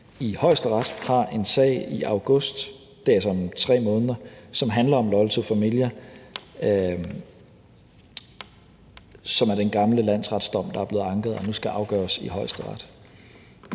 i Højesteret har en sag i august – det er altså om 3 måneder – som handler om Loyal To Familia. Det er den gamle landsretsdom, der er blevet anket og nu skal afgøres i Højesteret.